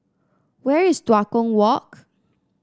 where is Tua Kong Walk